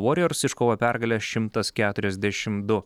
warriors iškovojo pergalę šimtas keturiasdešim du